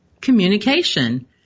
communication